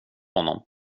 honom